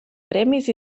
premis